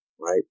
right